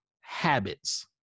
habits